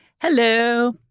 Hello